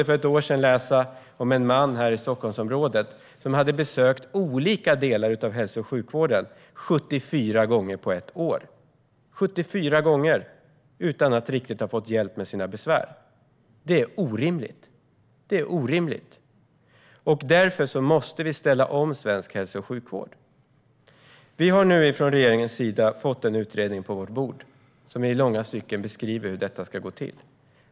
För ett år sedan kunde vi läsa om en man här i Stockholmsområdet som hade besökt olika delar av hälso och sjukvården 74 gånger på ett år utan att riktigt ha fått hjälp för sina besvär. Det är orimligt. Därför måste vi ställa om svensk hälso och sjukvård. Regeringen har nu fått en utredning på sitt bord som i långa stycken beskriver hur detta ska gå till.